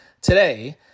today